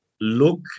look